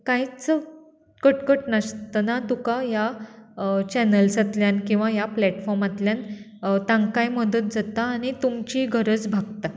कांयच कटकट नासतना तुका ह्या चॅनल्सांतल्यान किंवा ह्या प्लॅटफॉर्मांतल्यान तांकांय मदत जाता आनी तुमचीय गरज भागता